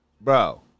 Bro